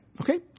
Okay